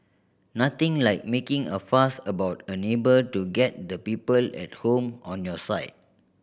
nothing like making a fuss about a neighbour to get the people at home on your side